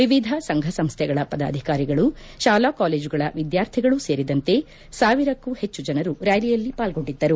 ವಿವಿಧ ಸಂಘ ಸಂಸ್ಥೆಗಳ ಪದಾಧಿಕಾರಿಗಳು ಶಾಲಾ ಕಾಲೇಜುಗಳ ವಿದ್ಯಾರ್ಥಿಗಳು ಸೇರಿದಂತೆ ಸಾವಿರಕ್ಕೂ ಹೆಚ್ಚು ಜನರು ರ್ಯಾಲಿಯಲ್ಲಿ ಪಾಲ್ಗೊಂಡಿದ್ದರು